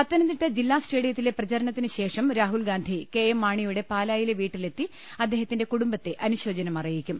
പത്തനംതിട്ട ജില്ലാ സ്റ്റേഡിയത്തിലെ പ്രചരണത്തിന് ശേഷം രാഹുൽഗാന്ധി കെ എം മാണിയുടെ പാലായിലെ വീട്ടിലെത്തി അദ്ദേഹത്തിന്റെ കുടുംബത്തെ അനു ശോചനം അറിയിക്കും